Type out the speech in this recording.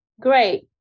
Great